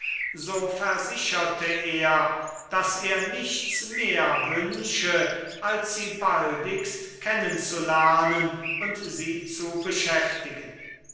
so versicherte er daß er nichts mehr wünsche als sie baldigst kennen zu lernen und sie zu beschäftigen